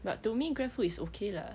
but to me grab food is okay lah